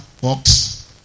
box